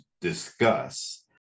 discuss